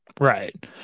right